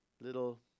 little